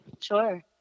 Sure